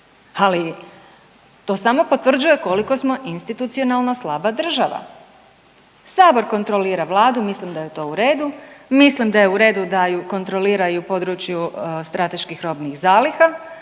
ali to samo potvrđuje koliko smo institucionalno slaba država. Sabor kontrolira vladu, mislim da je to u redu. Mislim da je u redu da ju kontrolira i u području strateških robnih zaliha,